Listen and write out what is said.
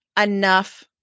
enough